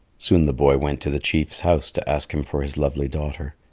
soon the boy went to the chief's house to ask him for his lovely daughter.